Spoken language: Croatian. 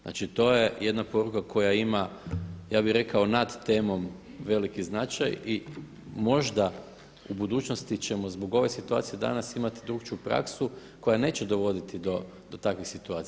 Znači, to je jedna poruka koja ima ja bih rekao nad temom veliki značaj i možda u budućnosti ćemo zbog ove situacije danas imati drukčiju praksu koja neće dovoditi do takvih situacija.